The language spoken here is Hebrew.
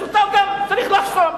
אז גם אותו צריך לחסום.